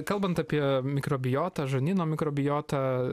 kalbant apie mikrobiotą žarnyno mikrobiotą